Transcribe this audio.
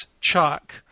Chuck